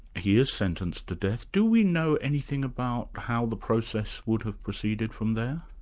he is sentenced to death. do we know anything about how the process would have proceeded from there?